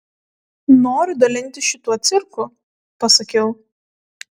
noriu dalintis šituo cirku pasakiau